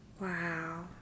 Wow